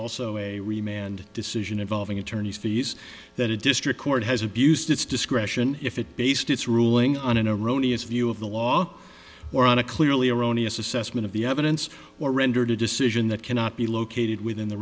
also a remain and decision involving attorneys fees that a district court has abused its discretion if it based its ruling on an iranian view of the law or on a clearly erroneous assessment of the evidence or rendered a decision that cannot be located within the